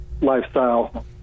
lifestyle